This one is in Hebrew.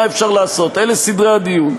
מה אפשר לעשות, אלה סדרי הדיון.